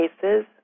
cases